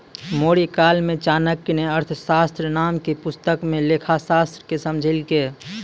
मौर्यकाल मे चाणक्य ने अर्थशास्त्र नाम के पुस्तक मे लेखाशास्त्र के समझैलकै